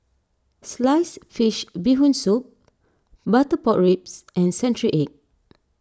Sliced Fish Bee Hoon Soup Butter Pork Ribs and Century Egg